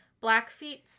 Blackfeet